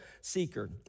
seeker